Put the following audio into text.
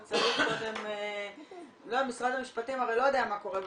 הוא צריך קודם --- הרי משרד המשפטים לא יודע מה קורה במסיבות,